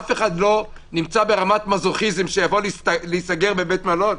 אף אחד לא ברמת מזוכיזם שיבוא להסתגר בבית מלון.